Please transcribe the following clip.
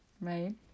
right